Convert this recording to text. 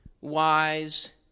wise